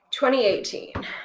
2018